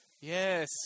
Yes